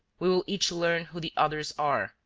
we will each learn who the others are,